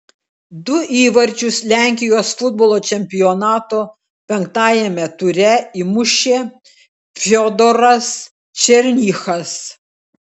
du įvarčius lenkijos futbolo čempionato penktajame ture įmušė fiodoras černychas